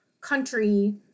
country